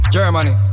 Germany